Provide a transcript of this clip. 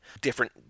different